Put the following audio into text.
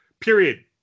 period